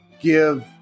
give